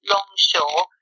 Longshore